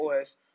OS